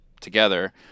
together